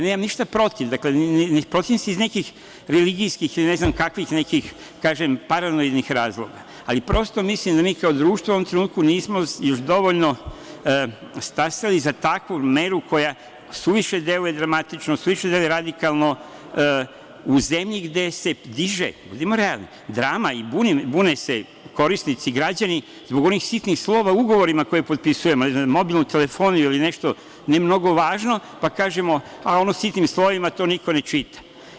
Nemam ništa protiv, dakle, ne protivim se iz nekih religijskih ili ne znam kakvih nekih paralelnih razloga, ali prosto mislim da mi kao društvo u ovom trenutku nismo još dovoljno stasali za takvu meru koja suviše deluje dramatično, suviše deluje radikalno, u zemlji gde se diže, budimo realni, drama i bune se korisnici, građani, zbog onih sitnih slova u ugovorima koje potpisujemo za mobilnu telefoniju ili nešto ne mnogo važno, pa kažemo - a ono sitnim slovima, to niko ne čita.